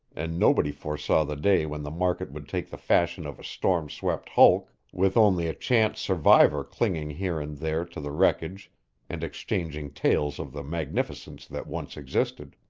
and nobody foresaw the day when the market would take the fashion of a storm-swept hulk, with only a chance survivor clinging here and there to the wreckage and exchanging tales of the magnificence that once existed.